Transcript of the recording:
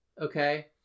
okay